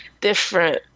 different